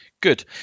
Good